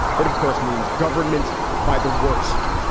it of course, means government by the worst.